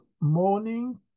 morning